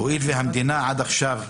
הואיל והמדינה עד עכשיו,